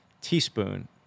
teaspoon